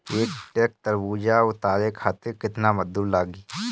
एक ट्रक तरबूजा उतारे खातीर कितना मजदुर लागी?